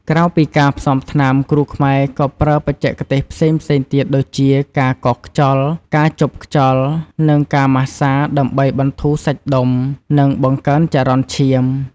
ក្រៅពីការផ្សំថ្នាំ គ្រូខ្មែរក៏ប្រើបច្ចេកទេសផ្សេងៗទៀតដូចជា ការកោសខ្យល់ ការជប់ខ្យល់ និង ការម៉ាស្សា ដើម្បីបន្ធូរសាច់ដុំ និងបង្កើនចរន្តឈាម។